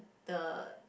the